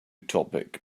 topic